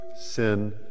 sin